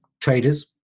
traders